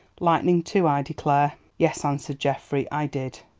lightning, too, i declare. yes, answered geoffrey, i did.